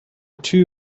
two